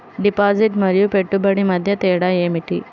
Deposit మరియు పెట్టుబడి మధ్య తేడా ఏమిటి?